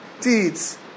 deeds